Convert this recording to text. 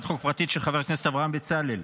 חוק פרטית של חבר הכנסת אברהם בצלאל.